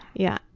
yeah,